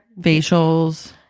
Facials